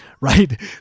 right